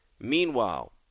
Meanwhile